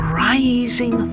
rising